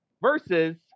versus